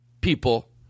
people